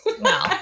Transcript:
no